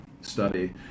study